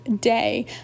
day